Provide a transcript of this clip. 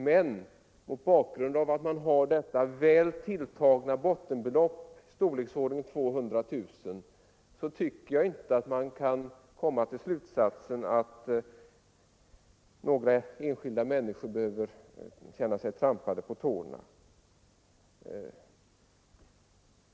Mot bakgrund av att man har detta väl tilltagna bottenbelopp tycker jag inte man kan komma till slutsatsen att några enskilda människor behöver känna sig trampade på tårna.